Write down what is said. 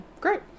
great